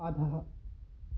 अधः